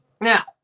Now